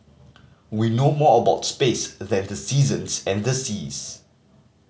we know more about space than the seasons and the seas